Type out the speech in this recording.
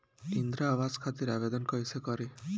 इंद्रा आवास खातिर आवेदन कइसे करि?